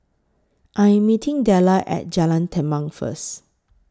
I Am meeting Dellar At Jalan Tampang First